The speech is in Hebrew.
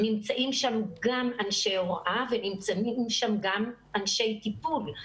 נמצאים שם גם אנשי הוראה ונמצאים שם גם אנשי טיפול,